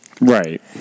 Right